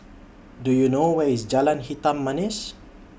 Do YOU know Where IS Jalan Hitam Manis